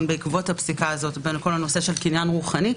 בעקבות הפסיקה הזאת בנושא של קניין רוחני.